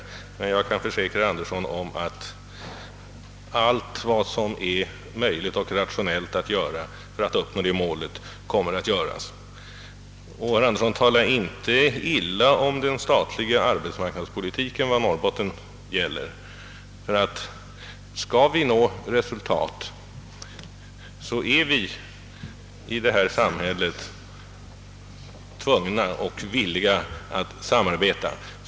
Jag kan emellertid försäkra herr Andersson att allt vad som är möjligt och rationellt skall göras för att uppnå detta mål. Herr Andersson skall inte tala ilia om den statliga arbetsmarknadspolitiken då det gäller Norrbotten, ty skall vi nå resultat i detta samhälle är vi tvungna att samarbeta.